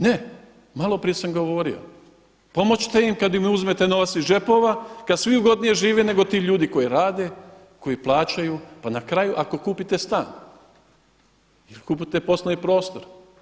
Ne, malo prije sam govorio, pomoći ćete im kada im uzmete novac iz džepova kada svi ugodnije žive nego ti ljudi koji rade, koji plaćaju, pa na kraju ako kupite stan, ako kupite poslovni prostor.